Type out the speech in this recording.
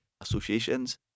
associations